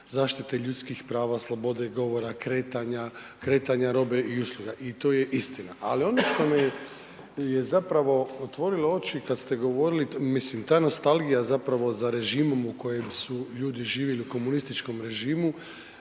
zaštite ljudskih prava, slobode i govora kretanja, kretanja robe i usluga, i to je istina. Ali, ono što mi je zapravo otvorilo oči kad ste govorili, mislim, ta nostalgija zapravo za režimom u kojem su ljudi živjeli u komunističkom režimu,